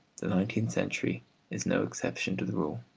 the nineteenth century is no exception to the rule.